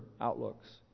outlooks